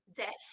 death